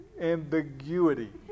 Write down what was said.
ambiguity